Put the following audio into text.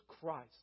Christ